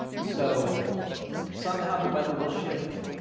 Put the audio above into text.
so somehow the weather will shift.